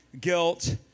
guilt